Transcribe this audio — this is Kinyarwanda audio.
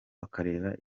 bakareba